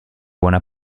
buona